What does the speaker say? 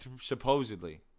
Supposedly